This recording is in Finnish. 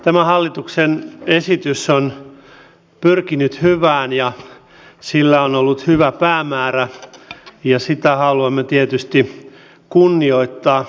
tämä hallituksen esitys on pyrkinyt hyvään ja sillä on ollut hyvä päämäärä ja sitä haluamme tietysti kunnioittaa